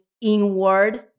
Inward